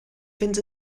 fynd